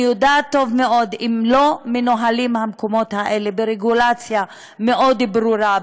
אני יודעת טוב מאוד שאם המקומות האלה לא מנוהלים ברגולציה מאוד ברורה,